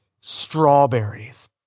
strawberries